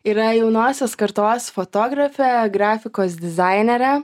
yra jaunosios kartos fotografė grafikos dizainerė